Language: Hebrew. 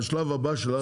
השלב הבא שלנו,